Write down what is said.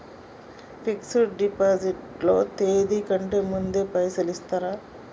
Fix డ్ deposit లో తేది కంటే ముందే పైసలు ఇత్తరా?